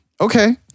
Okay